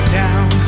down